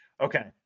Okay